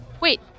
Wait